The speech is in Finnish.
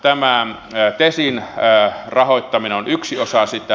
tämä tesin rahoittaminen on yksi osa sitä